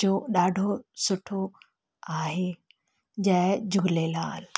जो ॾाढो सुठो आहे जय झूलेलाल